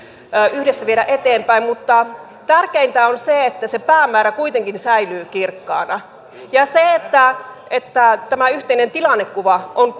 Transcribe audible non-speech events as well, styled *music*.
yhdessä viedä eteenpäin mutta tärkeintä on se että se päämäärä kuitenkin säilyy kirkkaana ja se että että tämä yhteinen tilannekuva on *unintelligible*